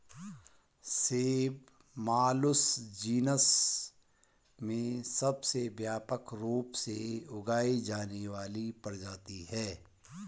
सेब Malus genus में सबसे व्यापक रूप से उगाई जाने वाली प्रजाति है